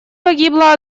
погибло